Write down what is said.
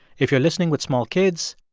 if you're listening with small kids,